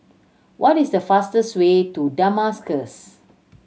what is the fastest way to Damascus